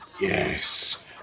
Yes